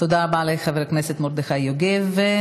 תודה רבה לחבר הכנסת מרדכי יוגב.